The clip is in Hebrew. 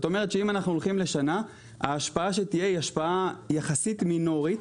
זאת אומרת שאם אנחנו הולכים לשנה ההשפעה שתהיה היא השפעה יחסית מינורית,